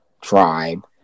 tribe